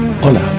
Hola